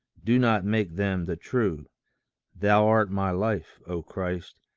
do not make them the true thou art my life, o christ,